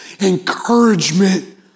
encouragement